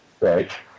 Right